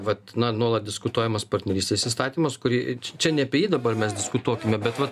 vat na nuolat diskutuojamas partnerystės įstatymas kurį čia ne apie jį dabar mes diskutuokime bet vat